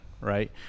Right